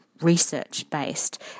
research-based